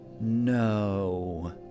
no